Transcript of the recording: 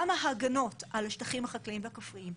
כמה הגנות על השטחים החקלאיים והכפריים.